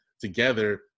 together